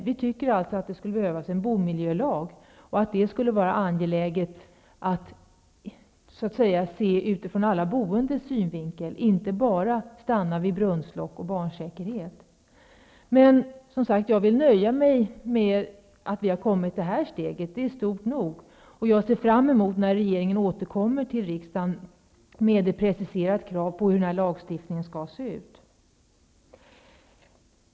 Vi tycker att även en bomiljölag skulle behövas, för att man skall se ur alla de boendes synvinkel och inte stanna vid barnsäkerhet när det gäller t.ex. brunnslock. Jag nöjer mig med att vi tar det här steget. Det är stort nog, och jag ser fram emot när regeringen återkommer till riksdagen med ett preciserat krav på hur lagstiftningen skall se ut.